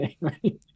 Right